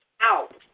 out